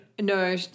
No